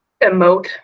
emote